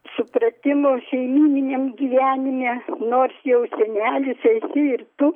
supratimo šeimyniniam gyvenime nors jau senelis esi ir tu